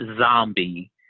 zombie